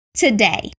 Today